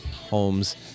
homes